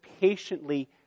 patiently